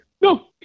No